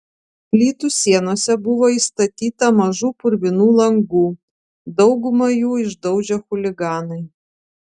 plytų sienose buvo įstatyta mažų purvinų langų daugumą jų išdaužė chuliganai